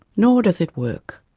nor does it work.